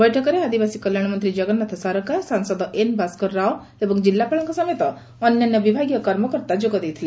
ବୈଠକରେ ଆଦିବାସୀ କଲ୍ୟାଣ ମନ୍ତୀ ଜଗନ୍ନାଥ ସାରକା ସାଂସଦ ଏନ୍ ଭାସ୍କର ରାଓ ଏବଂ କିଲ୍ଲାପାଳଙ୍କ ସମେତ ଅନ୍ୟାନ୍ୟ ବିଭାଗୀୟ କର୍ମକର୍ତା ଯୋଗଦେଇଥିଲେ